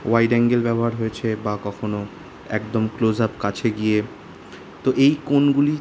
wide angle ব্যবহার হয়েছে বা কখনও একদম ক্লোজ আপ কাছে গিয়ে তো এই কোণগুলি